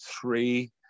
three